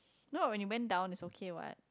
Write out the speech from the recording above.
no when you went down is okay what